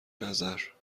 نظر